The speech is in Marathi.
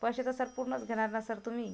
पैसे तर सर पूर्णच घेणार ना सर तुम्ही